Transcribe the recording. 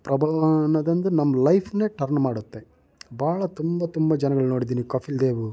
ಪ್ರಭಾವ ಅನ್ನೋದೊಂದು ನಮ್ಮ ಲೈಫ್ನೇ ಟರ್ನ್ ಮಾಡುತ್ತೆ ಬಹಳ ತುಂಬ ತುಂಬ ಜನಗಳನ್ನು ನೋಡಿದ್ದೀನಿ ಕಪಿಲ್ ದೇವು